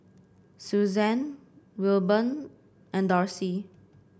Susanne Wilburn and Darcie